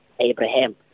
Abraham